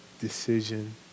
decision